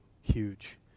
huge